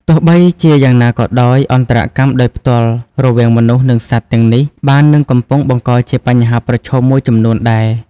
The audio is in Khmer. ទោះបីជាយ៉ាងណាក៏ដោយ អន្តរកម្មដោយផ្ទាល់រវាងមនុស្ស និងសត្វទាំងនេះ បាននិងកំពុងបង្កជាបញ្ហាប្រឈមមួយចំនួនដែរ។